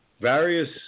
various